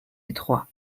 étroit